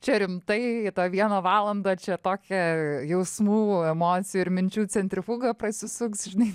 čia rimtai į tą vieną valandą čia tokia jausmų emocijų ir minčių centrifuga pasisuks žinai